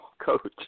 coach